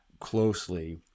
closely